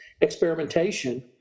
experimentation